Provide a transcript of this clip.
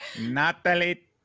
Natalie